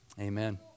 Amen